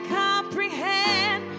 comprehend